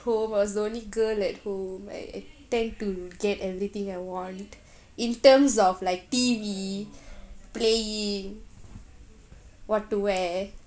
home I was the only girl at home I tend to get anything I want in terms of like T_V playing what to wear